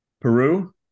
Peru